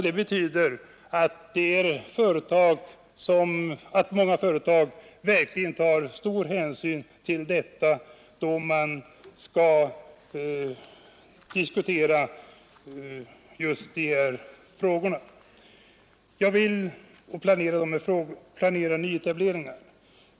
Det betyder att många företag verkligen tar stor hänsyn till just fraktstödet när man planerar nyetableringar.